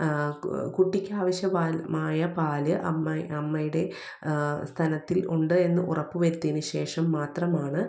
കുട്ടിക്കാവശ്യമായ പാല് അമ്മ അമ്മയുടെ സ്തനത്തിൽ ഉണ്ട് എന്ന് ഉറപ്പ് വരുത്തിയതിന് ശേഷം മാത്രമാണ്